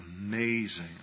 Amazing